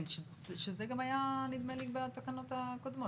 שזה גם היה בתקנות הקודמות,